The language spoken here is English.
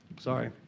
Sorry